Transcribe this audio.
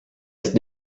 ist